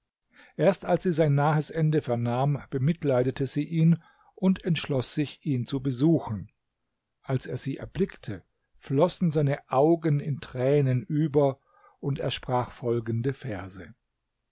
erst als sie sein nahes ende vernahm bemitleidete sie ihn und entschloß sich ihn zu besuchen als er sie erblickte flossen seine augen in tränen über und er sprach folgende verse